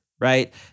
right